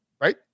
right